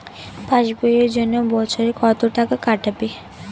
Pass বইয়ের জন্য বছরে কত টাকা কাটবে?